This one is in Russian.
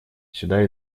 сюда